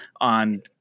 on